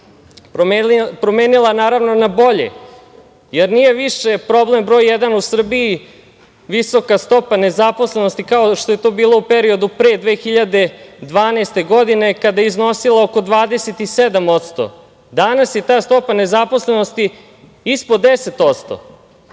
promenila, naravno na bolje, jer nije više problem broj jedan u Srbiji visoka stopa nezaposlenosti, kao što je to bilo u periodu pre 2012. godine, kada je iznosilo oko 27%, danas je ta stopa nezaposlenosti ispod 10%.Mi